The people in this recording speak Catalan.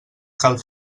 cal